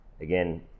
again